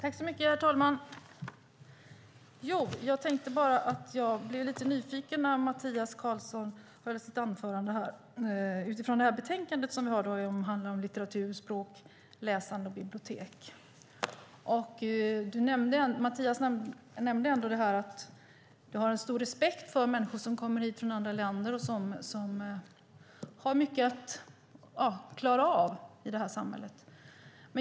Herr talman! Jag blev lite nyfiken när Mattias Karlsson höll sitt anförande utifrån betänkandet som handlar om litteratur, språk, läsande och bibliotek. Mattias nämnde att han har en stor respekt för människor som kommer hit från andra länder och har mycket att klara av i samhället.